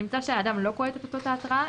נמצא שהאדם לא קולט את אותות ההתרעה,